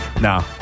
Nah